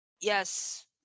Yes